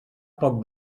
poc